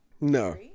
No